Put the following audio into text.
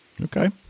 okay